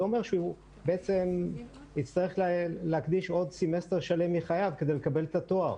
זה אומר שהוא יצרך להקדיש עוד סמסטר שלם מחייו כדי לקבל את התואר.